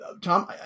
Tom